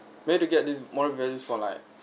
where to get this more values for like